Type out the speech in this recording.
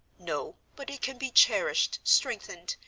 no, but it can be cherished, strengthened,